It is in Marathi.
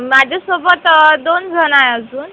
माझ्यासोबत दोन जणं आहे अजून